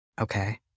Okay